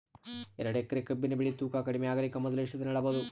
ಎರಡೇಕರಿ ಕಬ್ಬಿನ್ ಬೆಳಿ ತೂಕ ಕಡಿಮೆ ಆಗಲಿಕ ಮೊದಲು ಎಷ್ಟ ದಿನ ಇಡಬಹುದು?